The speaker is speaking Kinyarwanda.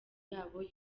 yabo